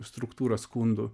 struktūrą skundų